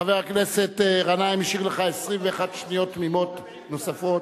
חבר הכנסת גנאים השאיר לך 21 שניות תמימות נוספות.